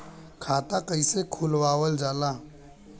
खाता कइसे खुलावल जाला?